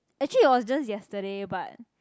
actually it was just yesterday but